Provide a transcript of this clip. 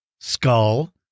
skull